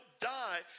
die